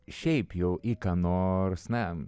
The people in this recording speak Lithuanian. šiaip jau į ką nors na